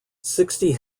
sixty